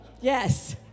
yes